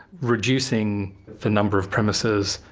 reducing the number of premises,